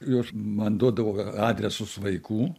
jos man duodavo adresus vaikų